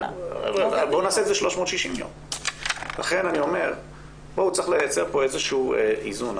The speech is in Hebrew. אומר שצריך לייצר כאן איזשהו איזון.